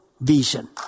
vision